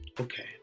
okay